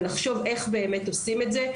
ולחשוב איך באמת עושים את זה,